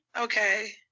okay